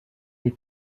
des